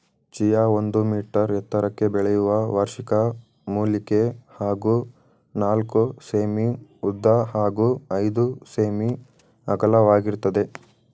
chia ಒಂದು metre ಎತ್ತರಕ್ಕೆ ಬೆಳೆಯುವ ವಾರ್ಷಿಕ ಮೂಲಿಕೆ ಹಾಗೂ ನಾಲ್ಕು ಸೆ.ಮೀ ಉದ್ದ ಹಾಗೂ ಐದು ಸೆ.ಮೀ ಅಗಲವಾಗಿರ್ತದೆ